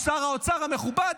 שר האוצר המכובד,